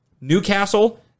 Newcastle